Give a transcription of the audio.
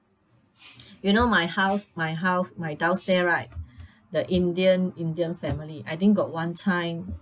you know my house my house my downstairs right the indian indian family I think got one time